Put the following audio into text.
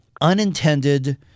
unintended